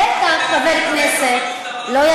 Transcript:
ממתי, זו עבודה פרלמנטרית?